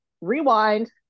rewind